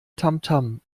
tamtam